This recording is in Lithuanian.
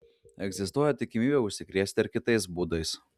egzistuoja tikimybė užsikrėsti ir kitais būdais